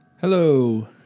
Hello